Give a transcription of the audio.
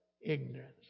ignorance